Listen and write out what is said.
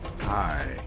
Hi